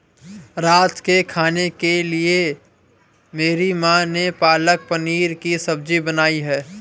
रात के खाने के लिए मेरी मां ने पालक पनीर की सब्जी बनाई है